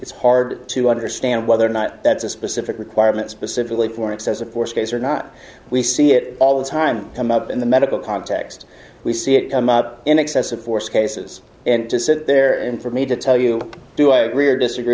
it's hard to understand whether or not that's a specific requirement specifically for excessive force case or not we see it all the time come up in the medical context we see it come up in excessive force cases and to sit there and for me to tell you do i agree or disagree